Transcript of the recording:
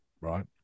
right